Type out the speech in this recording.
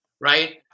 right